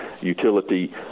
utility